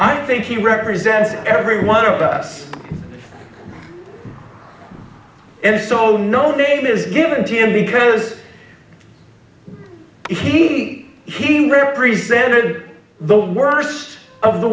i think he represents every one of us and so no name is given to him because he he represented the worse of the